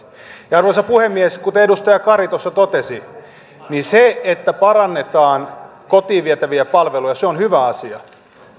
arvoisa puhemies kuten edustaja kari tuossa totesi niin se että parannetaan kotiin vietäviä palveluja on hyvä asia